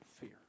fear